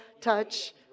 touch